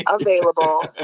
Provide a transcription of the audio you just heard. available